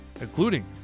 including